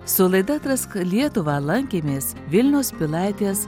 su laida atrask lietuvą lankėmės vilniaus pilaitės